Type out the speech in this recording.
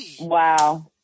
Wow